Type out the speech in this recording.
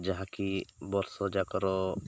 ଯାହାକି ବର୍ଷଯାକର